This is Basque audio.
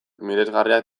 miresgarriak